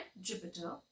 Jupiter